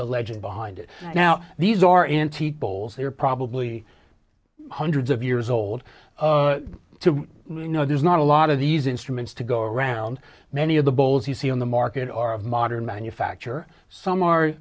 the legend behind it now these are antique bowls they're probably hundreds of years old to you know there's not a lot of these instruments to go around many of the bowls you see on the market are of modern manufacture some are